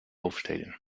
hoofdsteden